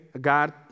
God